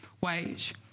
wage